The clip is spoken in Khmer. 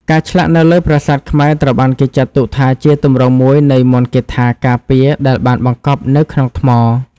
ការឆ្លាក់នៅលើប្រាសាទខ្មែរត្រូវបានគេចាត់ទុកថាជាទម្រង់មួយនៃមន្តគាថាការពារដែលបានបង្កប់នៅក្នុងថ្ម។